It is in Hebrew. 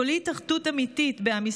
תוליד אחדות אמיתית בעם ישראל,